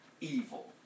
evil